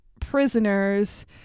prisoners